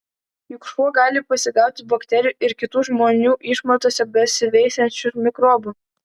juk šuo čia gali pasigauti bakterijų ir kitų žmonių išmatose besiveisiančių mikrobų